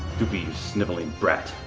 doopey you sniveling brat.